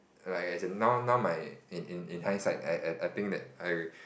like as in now now my in in in hindsight I I I think that I